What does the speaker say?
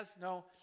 no